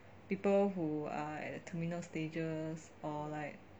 people who are at the terminal stages or like